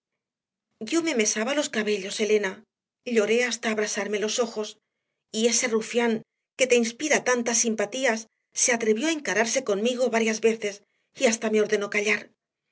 yo me mesaba los cabellos elena lloré hasta abrasarme los ojos y ese rufián que te inspira tantas simpatías se atrevió a encararse conmigo varias veces y hasta me ordenó callar